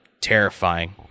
terrifying